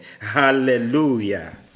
hallelujah